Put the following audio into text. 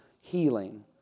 healing